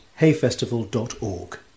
hayfestival.org